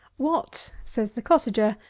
what, says the cottager,